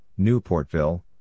Newportville